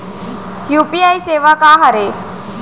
UPI सेवा का हरे?